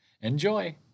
Enjoy